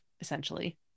essentially